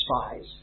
spies